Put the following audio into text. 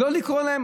לא לקרוא להם,